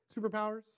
superpowers